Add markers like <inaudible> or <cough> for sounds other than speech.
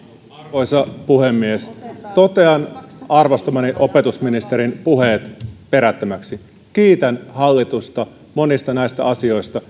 arvoisa puhemies totean arvostamani opetusministerin puheet perättömiksi mutta kiitän hallitusta monista näistä asioista <unintelligible>